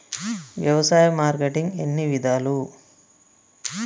వ్యవసాయ మార్కెటింగ్ ఎన్ని విధాలు?